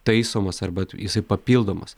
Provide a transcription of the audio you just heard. taisomas arba jisai papildomas